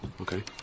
Okay